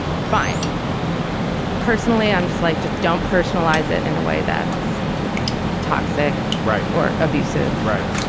fine personally i'm just like just don't personalize it in a way that's toxic right or abusive right.